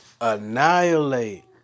annihilate